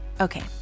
Okay